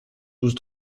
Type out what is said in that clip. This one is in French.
douze